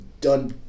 done